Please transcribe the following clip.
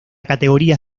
categoría